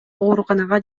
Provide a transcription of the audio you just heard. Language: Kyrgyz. ооруканага